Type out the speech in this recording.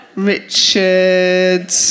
Richard